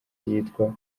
yitwa